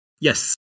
Yes